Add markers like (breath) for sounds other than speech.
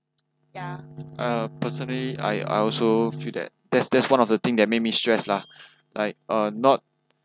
uh personally I I also feel that that's that's one of the thing that made me stress lah (breath) like uh not